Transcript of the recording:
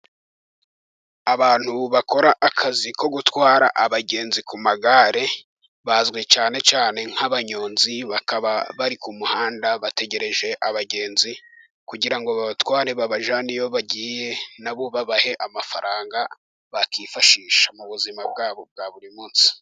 Abantu bakora akazi ko gutwara abagenzi ku magare, bazwi cyane cyane nk'abanyonzi, bakaba bari ku muhanda bategereje abagenzi, kugira ngo babatware babajyane iyo bagiye, nabo babahe amafaranga bakwifashisha mu buzima bwabo bwa buri munsi.